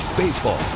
Baseball